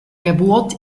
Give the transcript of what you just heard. geburt